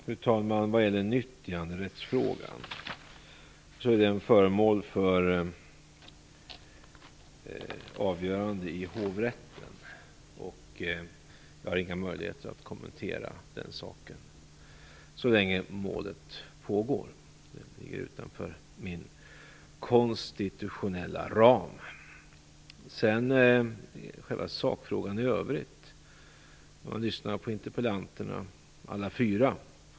Fru talman! Vad gäller nyttjanderättsfrågan är den föremål för avgörande i hovrätten. Jag har därför inga möjligheter att kommentera den saken så länge målet pågår. Det ligger utanför min konstitutionella ram. I själva sakfrågan i övrigt har jag lyssnat på alla fyra interpellanterna.